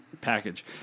package